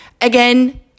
Again